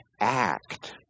act